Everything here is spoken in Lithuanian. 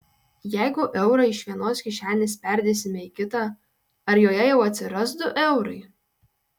jeigu eurą iš vienos kišenės perdėsime į kitą ar joje jau atsiras du eurai